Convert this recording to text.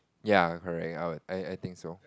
ya correct I would I I think so